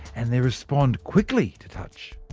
and they respond quickly to touch.